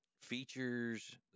features